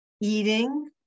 eating